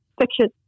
fiction